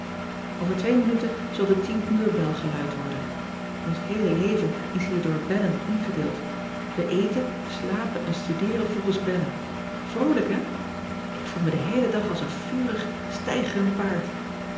ver twee minuten zal de tien uur bel geluid worden ns heele leven is hier door bellen ingedeeld wij eten slapen en studeeren volgens bellen roolijk hè k voel me den heelen dag als een vurig steigerend paard